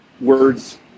words